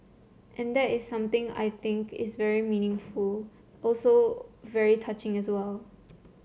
and that is something I think is very meaningful also very touching as well